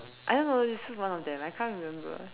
I don't know it's one of them I can't remember